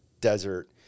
desert